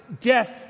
death